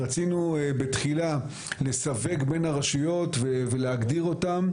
רצינו בתחילה לסווג בין הרשויות ולהגדיר אותן,